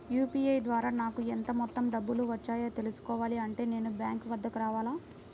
UPI ద్వారా నాకు ఎంత మొత్తం డబ్బులు వచ్చాయో తెలుసుకోవాలి అంటే నేను బ్యాంక్ వద్దకు రావాలా?